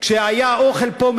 כשהיה אוכל פה,